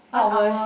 hours